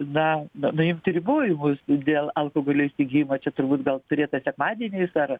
na nu nuimti ribojimus dėl alkoholio įsigyjimo čia turbūt gal turėta sekmadieniais ar